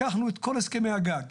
לקחנו את כל הסכמי הגג,